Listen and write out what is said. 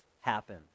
happen